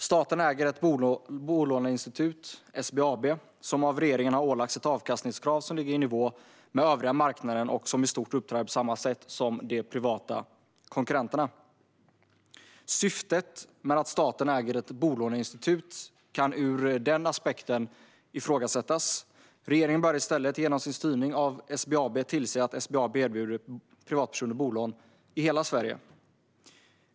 Staten äger ett bolåneinstitut, SBAB, som av regeringen har ålagts ett avkastningskrav som ligger i nivå med den övriga marknaden och som i stort sett uppträder på samma sätt som de privata konkurrenterna. Syftet med att staten äger ett bolåneinstitut kan ur den aspekten ifrågasättas. Regeringen bör i stället genom sin styrning av SBAB tillse att SBAB erbjuder privatpersoner bolån i hela Sverige.